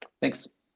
Thanks